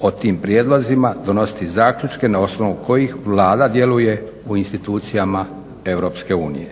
o tim prijedlozima donositi zaključke na osnovu kojih Vlada djeluje u institucijama Europske unije.